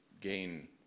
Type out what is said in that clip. gain